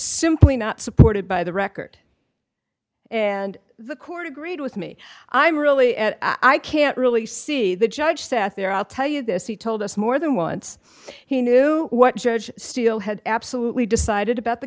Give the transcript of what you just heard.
simply not supported by the record and the court agreed with me i'm really i can't really see the judge sat there i'll tell you this he told us more than once he knew what judge steel had absolutely decided about the